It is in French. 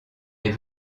est